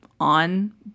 On